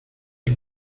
est